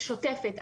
שוטפת.